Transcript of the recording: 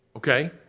Okay